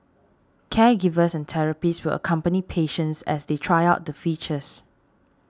caregivers and therapists will accompany patients as they try out the features